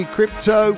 Crypto